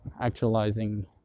actualizing